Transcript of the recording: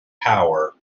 power